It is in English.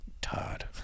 todd